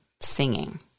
singing